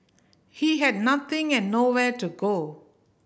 he had nothing and nowhere to go